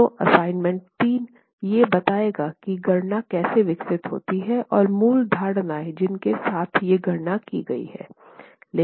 तो असाइनमेंट 3 ये बताएगा की गणना कैसे विकसित होती हैं और मूल धारणाएं जिनके साथ ये गणना की गई है